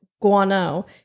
guano